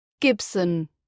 Gibson